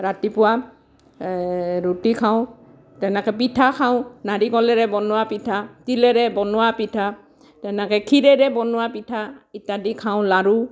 ৰাতিপুৱা ৰুটী খাওঁ তেনেকৈ পিঠা খাওঁ নাৰিকলেৰে বনোৱা পিঠা তিলেৰে বনোৱা পিঠা তেনেকৈ খীৰেৰে বনোৱা পিঠা ইত্যাদি খাওঁ লাৰু